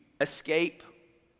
Escape